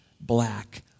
black